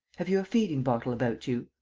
have you a feeding-bottle about you?